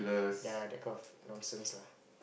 ya that kind of nonsense lah